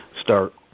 start